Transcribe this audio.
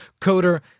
Coder